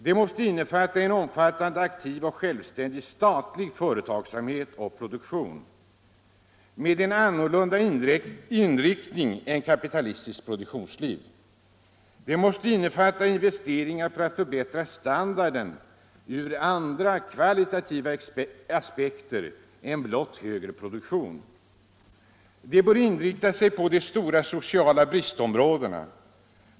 Det måste innefatta en omfattande, aktiv och självständig statlig företagsamhet och produktion, med en annorlunda inriktning än vad kapitalistiskt produktionsliv har. Det måste innefatta investeringar för att förbättra standarden ur andra, kvalitativa, aspekter än blott högre produktion. Det bör inrikta sig på de stora sociala bristområdena.